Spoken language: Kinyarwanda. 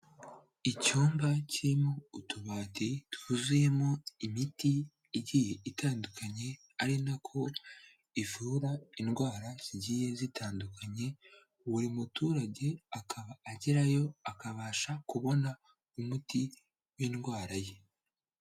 Icyumba kirimo utubati twuzuyemo imiti igiye itandukanye, ari nako ivura indwara zigiye zitandukanye, buri muturage akaba agerayo akabasha kubona umuti w'indwara ye.